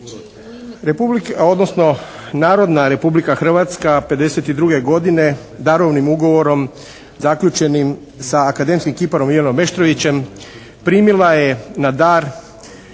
Narodna Republika Hrvatska '52. godine darovnim ugovorom zaključenim sa akademskim kiparom Ivanom Meštrovićem primila je na dar